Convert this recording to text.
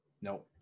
no